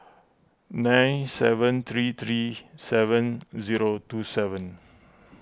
nine seven three three seven zero two seven